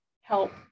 help